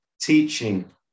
teaching